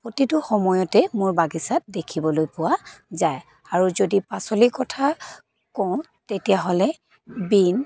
প্ৰতিটো সময়তে মোৰ বাগিচাত দেখিবলৈ পোৱা যায় আৰু যদি পাচলিৰ কথা কওঁ তেতিয়াহ'লে বিন